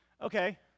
okay